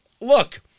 look